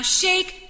shake